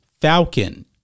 Falcon